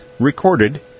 recorded